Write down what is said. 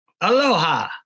Aloha